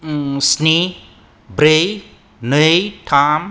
स्नि ब्रै नै थाम